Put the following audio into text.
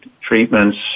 treatments